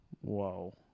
Whoa